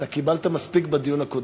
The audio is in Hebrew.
אתה קיבלת מספיק בדיון הקודם,